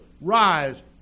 rise